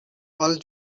all